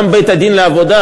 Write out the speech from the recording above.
גם בית-הדין לעבודה,